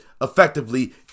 effectively